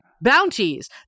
Bounties